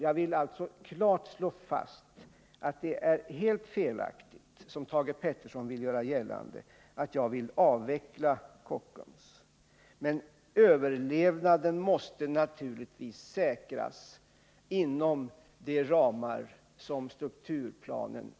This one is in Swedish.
Jag vill klart slå fast att det är helt felaktigt att jag, som Thage Peterson vill göra gällande, vill avveckla Kockums. Men överlevnaden måste naturligtvis säkras inom de ramar som har dragits upp i strukturplanen.